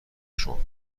شما